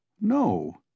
No